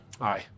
Aye